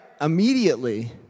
Immediately